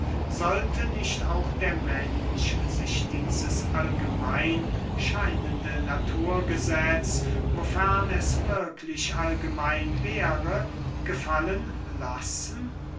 sollte nicht auch der mensch sich dieses allgemein scheinende naturgesetz wofern es wirklich allgemein wäre gefallen lassen